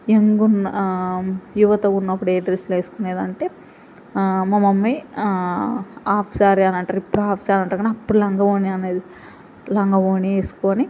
young ఉన్న యువత ఉన్నప్పుడు ఏ డ్రెస్సులు వేసుకునేదంటే మా మమ్మీ హాఫ్ సారీ అని అంటారు ఇప్పుడు హాఫ్ సారీ అని అంటారు కానీ అప్పుడు లంగావోణీ అనేది లంగావోణీ వేసుకొని